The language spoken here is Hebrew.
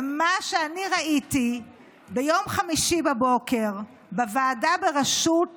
ומה שאני ראיתי ביום חמישי בבוקר בוועדה בראשות